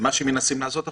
מה שמנסים לעשות עכשיו.